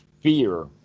fear